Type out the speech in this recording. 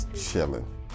chilling